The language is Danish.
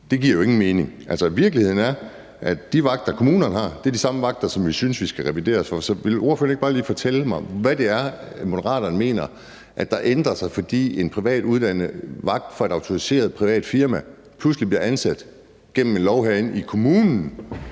Det giver jo ingen mening. Virkeligheden er, at de vagter, kommunerne har, er de samme vagter, som vi synes vi skal revidere loven for. Så vil ordføreren ikke bare lige fortælle mig, hvad det er, Moderaterne mener ændrer sig, fordi en privat uddannet vagt fra et autoriseret privat firma pludselig bliver ansat via en lov herinde i kommunen?